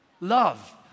love